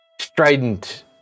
strident